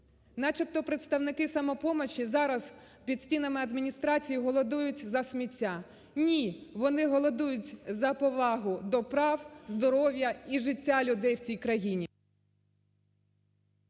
...начебто представники "Самопомочі" зараз під стінами Адміністрації голодують за сміття. Ні, вони голодують за повагу до прав, здоров'я і життя людей в ці й країні.